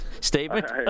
statement